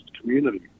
community